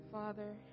Father